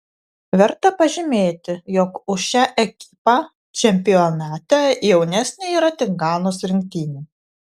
verta pažymėti jog už šią ekipą čempionate jaunesnė yra tik ganos rinktinė